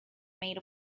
made